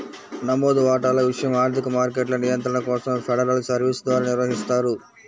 నమోదు వాటాల విషయం ఆర్థిక మార్కెట్ల నియంత్రణ కోసం ఫెడరల్ సర్వీస్ ద్వారా నిర్వహిస్తారు